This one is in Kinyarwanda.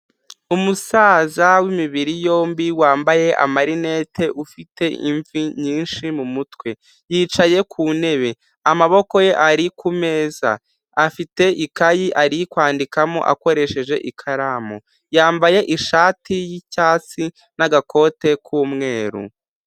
Umusaza w'imibiri yombi wambaye amarinete ufite imvi nyinshi mu mutwe, yicaye ku ntebe, amaboko ye ari kumeza, afite ikayi ari kwandikamo akoresheje ikaramu, yambaye ishati yicyatsi n'agakote k'umweru.